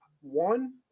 one